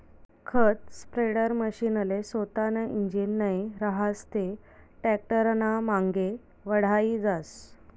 खत स्प्रेडरमशीनले सोतानं इंजीन नै रहास ते टॅक्टरनामांगे वढाई जास